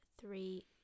three